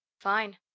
Fine